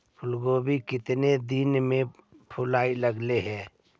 फुलगोभी केतना दिन में फुलाइ लग है?